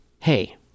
Hey